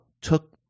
took